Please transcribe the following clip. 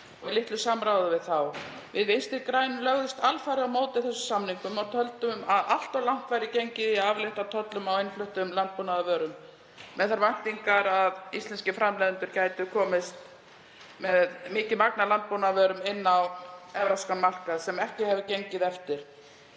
í litlu samráði við þá. Við Vinstri græn lögðust alfarið á móti þeim samningum og töldum að allt of langt væri gengið í að aflétta tollum af innfluttum landbúnaðarvörum með þær væntingar að íslenskir framleiðendur gætu komist með mikið magn af landbúnaðarvörum inn á evrópskan markað, sem ekki hefur gengið eftir.